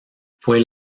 fue